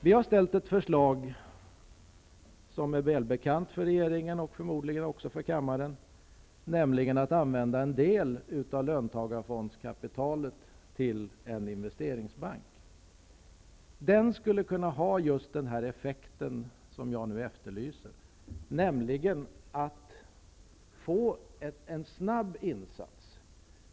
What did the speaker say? Vi har ställt ett förslag, som är väl bekant för regeringen och förmodligen också för kammaren, om att använda en del av löntagarfondernas kapital till att inrätta en investeringsbank. Den skulle ha just den effekt som jag efterlyser, nämligen en snabbinsats.